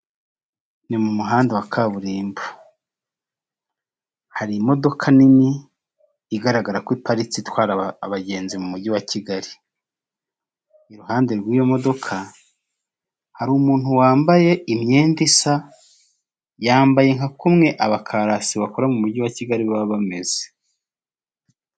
Ni mu muhanda wa kaburimbo hari imodoka nini igaragara ko ipariki itwara abagenzi mu mujyi wa Kigali iruhande rw'iyo modoka hari umuntu wambaye imyenda isa yambaye nka kumwe abakarasi bakora mu mujyi wa kigali baba bameze.